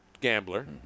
gambler